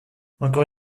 encore